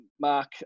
Mark